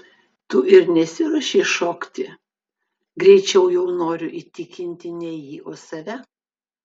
tu ir nesiruošei šokti greičiau jau noriu įtikinti ne jį o save